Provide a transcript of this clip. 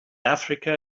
africa